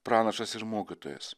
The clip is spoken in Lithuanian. pranašas ir mokytojas